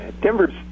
Denver's